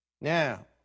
Now